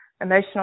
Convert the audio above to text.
emotional